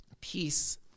Peace